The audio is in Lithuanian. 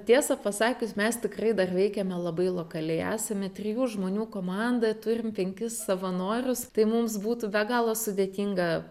tiesą pasakius mes tikrai dar veikiame labai lokaliai esame trijų žmonių komanda turim penkis savanorius tai mums būtų be galo sudėtinga